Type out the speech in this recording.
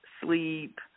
sleep